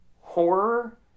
horror